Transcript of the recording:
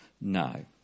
No